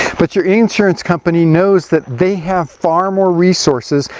but your insurance company knows that they have far more resources,